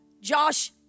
Josh